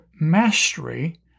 mastery